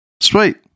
Sweet